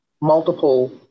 multiple